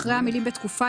כשאתם מביאים משהו,